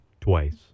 twice